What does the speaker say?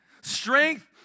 Strength